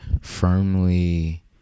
firmly